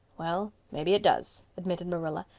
well, maybe it does, admitted marilla.